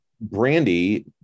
Brandy